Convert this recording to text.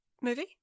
movie